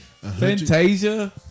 Fantasia